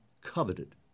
coveted